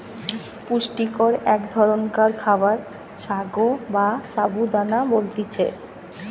পুষ্টিকর এক ধরণকার খাবার সাগো বা সাবু দানা বলতিছে